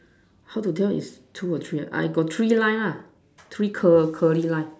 how to tell is two or three ah I got three line lah three Curl~ curly line